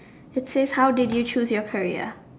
it says how did you choose your career